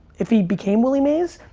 if he became willie mays,